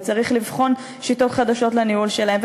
וצריך לבחון שיטות חדשות לניהול שלהם,